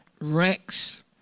Rex